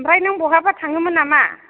ओमफ्राय नों बहाबा थाङोमोन नामा